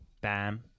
bam